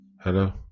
hello